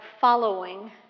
following